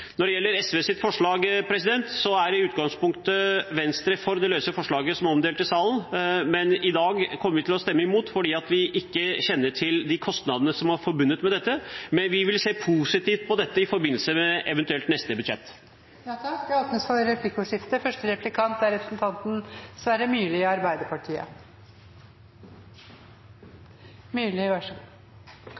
Når det gjelder SVs forslag, er Venstre i utgangspunktet for det løse forslaget som er omdelt i salen, men i dag kommer vi til å stemme imot fordi vi ikke kjenner til de kostnadene som er forbundet med dette. Men vi vil eventuelt se positivt på dette i forbindelse med neste budsjett. Det blir replikkordskifte.